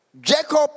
Jacob